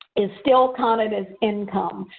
is still counted as income.